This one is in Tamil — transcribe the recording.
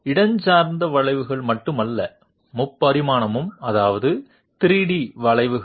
இடஞ்சார்ந்த வளைவுகள் மட்டுமல்ல முப்பரிமாணமும் அதாவது 3 டி வளைவுகள்